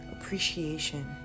appreciation